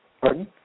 Pardon